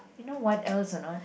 you know what else or not